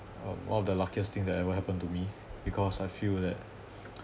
um one of the luckiest thing that ever happened to me because I feel that